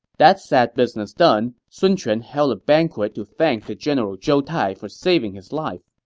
that sad business done, sun quan held a banquet to thank the general zhou tai for saving his life,